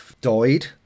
died